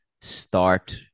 start